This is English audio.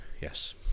Yes